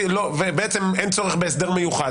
ובעצם אין צורך בהסדר מיוחד.